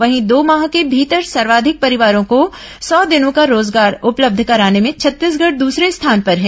वहीं दो माह के भीतर सर्वाधिक परिवारों को सौ दिनों का रोजगार उपलब्ध कराने भें छत्तीसगढ़ दूसरे स्थान पर है